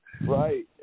Right